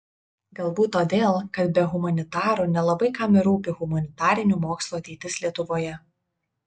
galbūt todėl kad be humanitarų nelabai kam ir rūpi humanitarinių mokslų ateitis lietuvoje